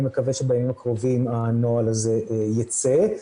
מקווה שבימים הקרובים הנוהל הזה ייצא.